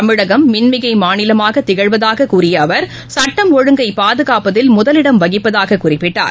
தமிழகம் மின்மிகைமாநிலமாகதிகழ்வதாககூறியஅவர் சட்டம் ஒழுங்கை பாதுகாப்பதில் முதலிடம் வகிப்பதாககுறிப்பிட்டார்